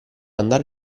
andare